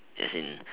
as in